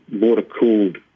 water-cooled